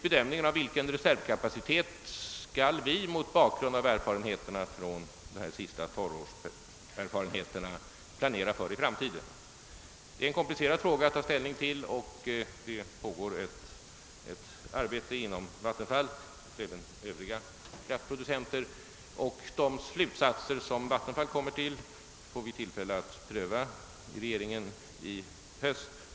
Bedömningen gäller vilken reservkapacitet vi mot bakgrunden av erfarenheterna från de senaste torråren skall planera för i framtiden. Det är en komplicerad fråga att ta ställning till, och inom Vattenfall liksom hos övriga kraftproducenter pågår arbetet med att utreda dessa problem. De slutsatser som Vattenfall kommer fram till får regeringen tillfälle att pröva i höst.